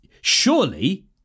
surely